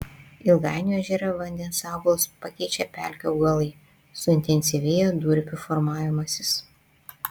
ilgainiui ežere vandens augalus pakeičia pelkių augalai suintensyvėja durpių formavimasis